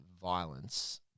violence